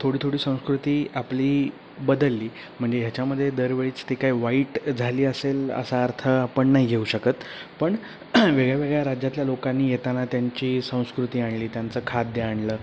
थोडी थोडी संस्कृती आपली बदलली म्हणजे ह्याच्यामध्ये दरवेळीच ती काही वाईट झाली असेल असा अर्थ आपण नाही घेऊ शकत पण वेगळ्या वेगळ्या राज्यातल्या लोकांनी येताना त्यांची संस्कृती आणली त्यांचं खाद्य आणलं